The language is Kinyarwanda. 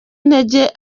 intege